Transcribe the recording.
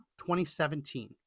2017